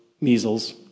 measles